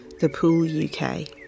ThePoolUK